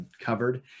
covered